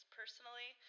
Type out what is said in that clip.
personally